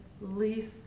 least